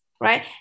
right